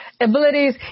abilities